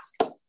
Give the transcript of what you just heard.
asked